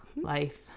life